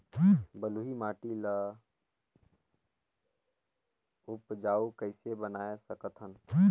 बलुही माटी ल उपजाऊ कइसे बनाय सकत हन?